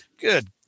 Good